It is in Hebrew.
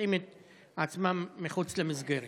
מוצאים את עצמם מחוץ למסגרת.